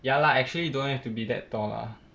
ya lah actually don't have to be that tall lah